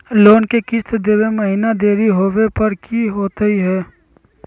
Loan के किस्त देवे महिना देरी होवे पर की होतही हे?